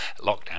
lockdown